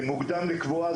מוקדם לקבוע.